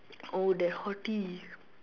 oh the hottie